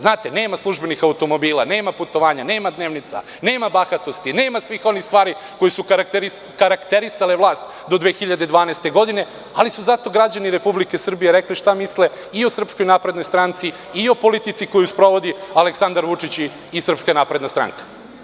Znate, nema službenih automobila, nema putovanja, nema dnevnica, nema bahatosti, nema svih onih stvari koje su karakterisale vlast do 2012. godine, ali su zato građani Republike Srbije rekli šta misle i o SNS i o politici koju sprovodi Aleksandar Vučić i SNS.